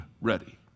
ready